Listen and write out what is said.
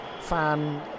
fan